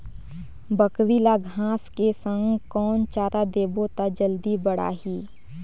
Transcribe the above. बकरी ल घांस के संग कौन चारा देबो त जल्दी बढाही?